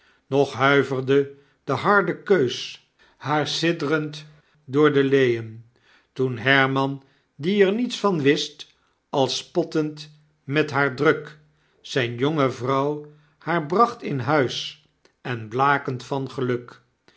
nog huiverde de harde keus haar siddrend door de leen toen herman die er niets van wist als spottend met haar druk zgn jonge vrouw haar bracht in huis en blakend van geluk